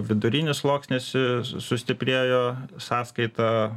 vidurinis sluoksnis su sustiprėjo sąskaita